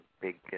big